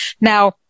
Now